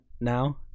now